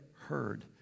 heard